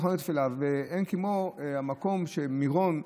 אין כמו המקום של מירון.